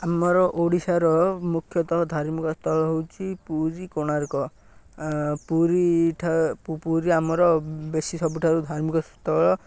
ଆମର ଓଡ଼ିଶାର ମୁଖ୍ୟତଃ ଧାର୍ମିକ ସ୍ଥଳ ହେଉଛି ପୁରୀ କୋଣାର୍କ ପୁରୀ ପୁରୀ ଆମର ବେଶୀ ସବୁଠାରୁ ଧାର୍ମିକ ସ୍ଥଳ